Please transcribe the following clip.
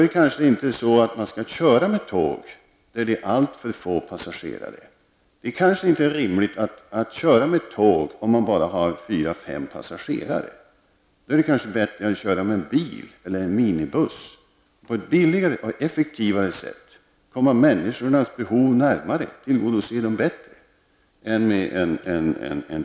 Ja, man kanske inte skall köra med tåg där det är alltför få passagerare. Det är kanske inte rimligt att köra med tåg, om man har bara fyra à fem passagerare. Då är det kanske bättre att köra med bil eller med minibuss, få till stånd en billigare och effektivare trafik, komma människornas behov närmare och tillgodose dem bättre än med tågtrafik.